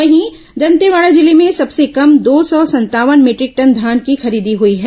वहीं दंतेवाड़ा जिले में सबसे कम दो सौ संतावन मीटरिक टन धान की खरीदी हुई है